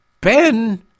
Ben